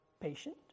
patient